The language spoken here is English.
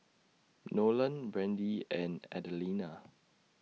Nolen Brandi and Adelina